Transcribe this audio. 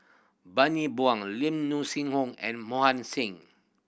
Bani Buang Lim Sing Home and Mohan Singh